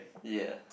ya